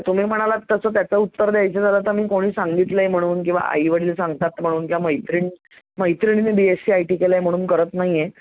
तर तुम्ही म्हणालात तसं त्याचं उत्तर द्यायचं झालं तर मी कोणी सांगितलं आहे म्हणून किंवा आईवडील सांगतात म्हणून किंवा मैत्रिण मैत्रिणीनी बीएससी आय टी केलं आहे म्हणून करत नाही आहे